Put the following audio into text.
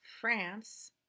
France